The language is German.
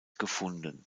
gefunden